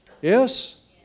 Yes